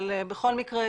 בכל מקרה